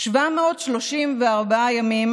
734 ימים,